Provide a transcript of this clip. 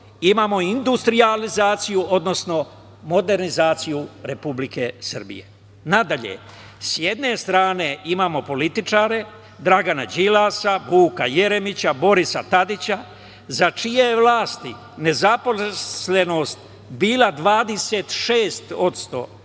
imamo industrijalizaciju, odnosno modernizaciju Republike Srbije. Dalje, sa jedne strane imamo političare Dragana Đilasa, Vuka Jeremića, Borisa Tadića za čije je vlasti nezaposlenost bila 26%,